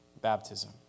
baptism